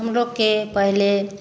हम लोग के पहले